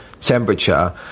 temperature